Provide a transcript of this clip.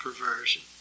perversion